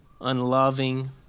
unloving